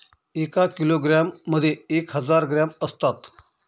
एका किलोग्रॅम मध्ये एक हजार ग्रॅम असतात